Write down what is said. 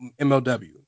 MLW